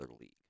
league